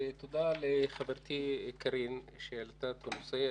תודה לחברתי קארין אלהרר שהעלתה את הנושא.